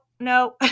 no